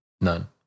None